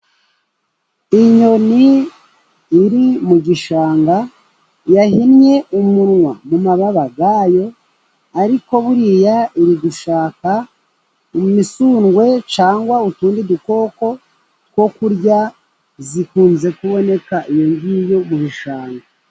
Inyoni iri mu gishanga yahinnye umunwa mu mababa yayo, ariko buriya iri gushaka imisundwe, cyangwa utundi dukoko two kurya. Zikunze kuboneka iyo ngiyo mu gishanga.